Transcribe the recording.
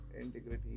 integrity